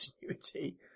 continuity